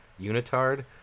unitard